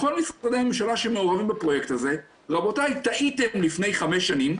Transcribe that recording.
לכל משרדי הממשלה שמעורבים בפרויקט הזה 'רבותיי טעיתם לפני חמש שנים,